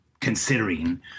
considering